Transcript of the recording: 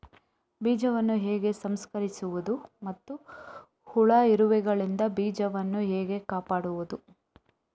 ಬೀಜವನ್ನು ಹೇಗೆ ಸಂಸ್ಕರಿಸುವುದು ಮತ್ತು ಹುಳ, ಇರುವೆಗಳಿಂದ ಬೀಜವನ್ನು ಹೇಗೆ ಕಾಪಾಡುವುದು?